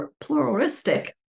pluralistic